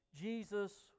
Jesus